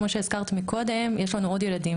כמו שהזכרת קודם, יש לנו עוד ילדים.